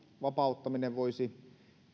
vapauttaminen voisi